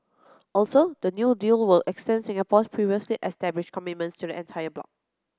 also the new deal will extend Singapore's previously established commitments to the entire bloc